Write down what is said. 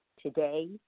today